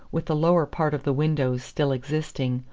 with the lower part of the windows still existing,